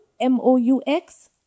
M-O-U-X